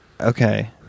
Okay